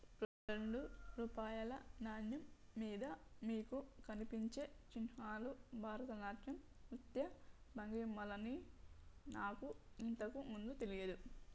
రెండు రూపాయల నాణెం మీద మీకు కనిపించే చిహ్నాలు భరతనాట్యం నృత్య భంగిమలని నాకు ఇంతకు ముందు తెలియదు